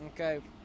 Okay